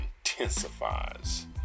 intensifies